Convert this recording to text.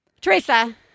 Teresa